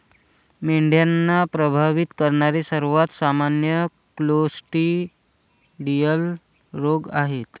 मेंढ्यांना प्रभावित करणारे सर्वात सामान्य क्लोस्ट्रिडियल रोग आहेत